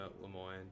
LeMoyne